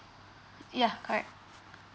yeah correct